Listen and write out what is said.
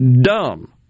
dumb